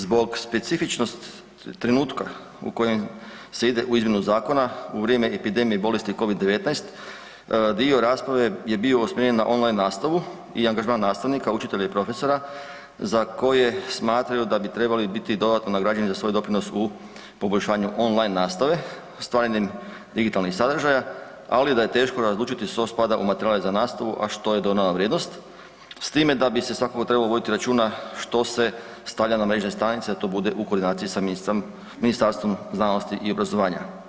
Zbog specifičnosti trenutka u kojem se ide u izmjenu zakona, u vrijeme epidemije bolesti COVID-19, dio rasprave je bio usmjeren na online nastavu i angažman nastavnika, učitelja i profesora za koje smatraju da bi trebali biti dodatno nagrađeni za svoj doprinos u poboljšanju online nastave, stvaranjem digitalnih sadržaja ali da je teško razlučiti što spada u materijale za nastavu a što je dodana vrijednost s time da bi se svakako trebalo računa što se stavlja na mrežne stranice da to bude u koordinaciji sa Ministarstvom znanosti i obrazovanja.